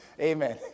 Amen